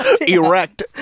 Erect